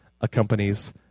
accompanies